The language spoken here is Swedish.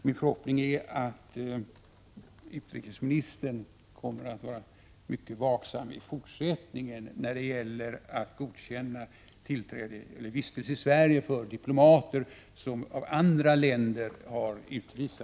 Min förhoppning är att utrikesministern kommer att vara mycket vaksam i fortsättningen när det gäller att godkänna vistelse i Sverige för diplomater som har utvisats från andra länder.